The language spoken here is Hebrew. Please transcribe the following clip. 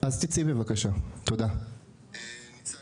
מה זו